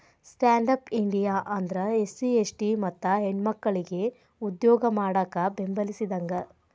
stand up India ಅಂದ್ರ SC ST ಮತ್ತ ಹೆಣ್ಮಕ್ಕಳಿಗೆ ಉದ್ಯೋಗ ಮಾಡಾಕ ಬೆಂಬಲಿಸಿದಂಗ